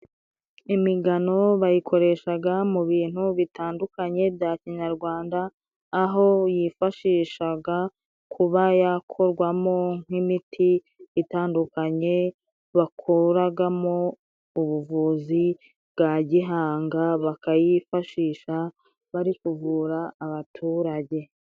Imigano bayikoreshaga mu bintu bitandukanye bya kinyarwanda aho yifashishaga kubayakorwamo nk'imiti itandukanye ,bakoraragamo ubuvuzi bwa gihanga bakayifashisha bari kuvura abaturage.